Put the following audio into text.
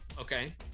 okay